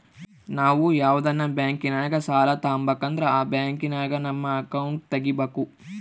ನಾವು ಯಾವ್ದನ ಬ್ಯಾಂಕಿನಾಗ ಸಾಲ ತಾಬಕಂದ್ರ ಆ ಬ್ಯಾಂಕಿನಾಗ ನಮ್ ಅಕೌಂಟ್ ತಗಿಬಕು